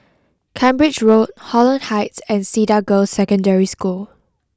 Cambridge Road Holland Heights and Cedar Girls' Secondary School